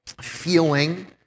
feeling